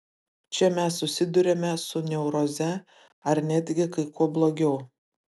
čia mes susiduriame su neuroze ar netgi kai kuo blogiau